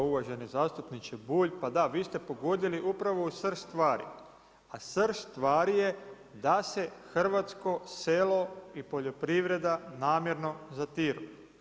Uvaženi zastupniče Bulj, pa da vi ste pogodili upravo u srž stvari, a srž stvari je da se hrvatsko selo i poljoprivreda namjerno zatiru.